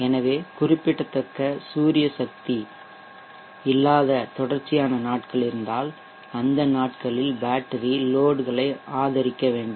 எனவே குறிப்பிடத்தக்க சூரிய சக்தி இல்லாத தொடர்ச்சியான நாட்கள் இருந்தால் அந்த நாட்களில் பேட்டரி லோட்களை ஆதரிக்க வேண்டும்